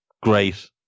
Great